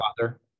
father